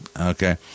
okay